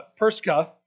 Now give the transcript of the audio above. Perska